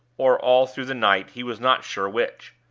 or all through the night he was not sure which.